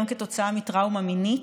גם כתוצאה מטראומה מינית,